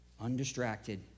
undistracted